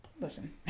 listen